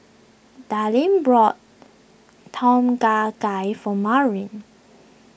Dallin brought Tom Kha Gai for Maurine